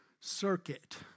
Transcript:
circuit